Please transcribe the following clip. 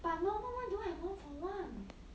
but normal one don't have one for one